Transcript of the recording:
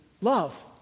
love